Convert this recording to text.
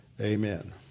amen